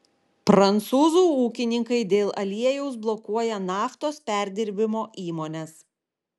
prancūzų ūkininkai dėl aliejaus blokuoja naftos perdirbimo įmones